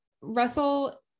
Russell